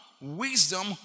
Wisdom